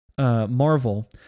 Marvel